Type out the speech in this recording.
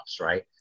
right